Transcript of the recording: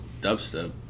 dubstep